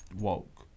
walk